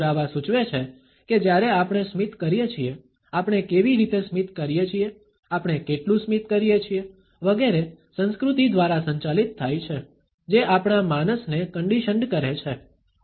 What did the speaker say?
પુરાવા સૂચવે છે કે જ્યારે આપણે સ્મિત કરીએ છીએ આપણે કેવી રીતે સ્મિત કરીએ છીએ આપણે કેટલું સ્મિત કરીએ છીએ વગેરે સંસ્કૃતિ દ્વારા સંચાલિત થાય છે જે આપણા માનસને કન્ડિશન્ડ કરે છે